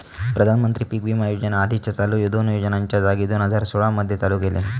प्रधानमंत्री पीक विमा योजना आधीच्या चालू दोन योजनांच्या जागी दोन हजार सोळा मध्ये चालू केल्यानी